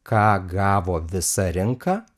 ką gavo visa rinka